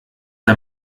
der